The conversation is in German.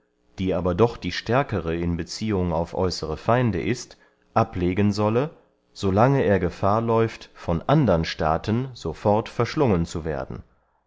die aber doch die stärkere in beziehung auf äußere feinde ist ablegen solle so lange er gefahr läuft von andern staaten so fort verschlungen zu werden